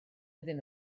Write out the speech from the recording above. iddyn